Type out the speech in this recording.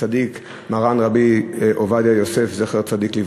הצדיק מרן רבי עובדיה יוסף זצ"ל.